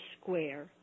square